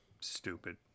stupid